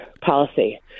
policy